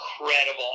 incredible